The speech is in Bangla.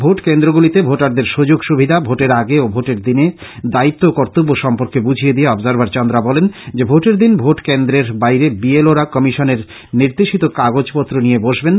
ভোট কেন্দ্রগুলিতে ভোটারদের সুযোগ সুবিধা ভোটের আগে ও ভোটের দিনের দায়িত্ব ও কর্তব্য সম্পর্কে বুঝিয়ে দিয়ে অবর্জাভার চন্দ্রা বলেন যে ভোটের দিন ভোট কেন্দ্রের বাইরে বি এল ও রা কমিশনের নির্দেশিত কাগজ পত্র নিয়ে বসবেন